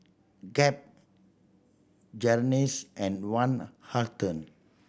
Gap Jergens and Van Houten